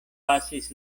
pasis